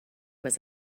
was